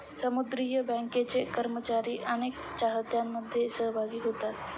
सामुदायिक बँकांचे कर्मचारी अनेक चाहत्यांमध्ये सहभागी होतात